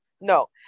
no